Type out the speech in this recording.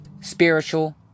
spiritual